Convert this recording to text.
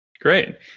great